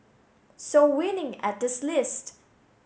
so winning at this list